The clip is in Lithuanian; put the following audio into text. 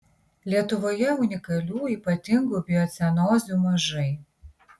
lietuvoje unikalių ypatingų biocenozių mažai